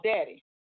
daddy